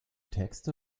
texte